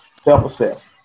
self-assess